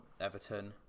Everton